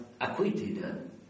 acquitted